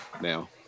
now